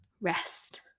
rest